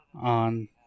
on